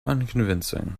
unconvincing